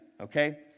Okay